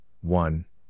one